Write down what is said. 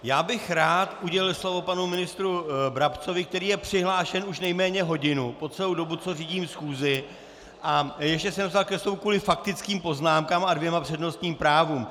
Já bych rád udělil slovo panu ministru Brabcovi, který je přihlášen už nejméně hodinu, po celou dobu, co řídím schůzi, a ještě se nedostal ke slovu kvůli faktickým poznámkám a dvěma přednostním právům.